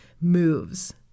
moves